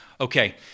Okay